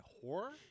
horror